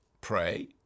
pray